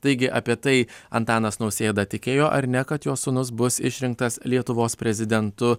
taigi apie tai antanas nausėda tikėjo ar ne kad jo sūnus bus išrinktas lietuvos prezidentu